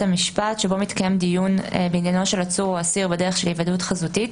משפט שבו מתקיים דיון בעניינו של עצור או אסיר בדרך של היוועדות חזותית,